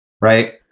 right